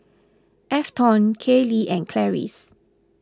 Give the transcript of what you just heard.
Afton Kailey and Clarice